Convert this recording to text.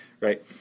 Right